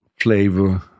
flavor